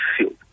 field